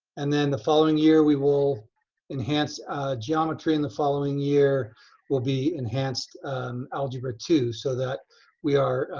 and then the following year we will enhance geometry and the following year will be enhanced algebra two, so that we are,